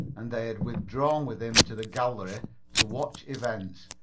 and they had withdrawn with him to the gallery to watch events,